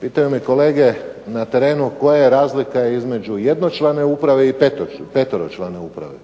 pitaju me kolege na terenu koja je razlika između jednočlane uprave i peteročlane uprave.